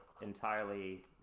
entirely